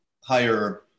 higher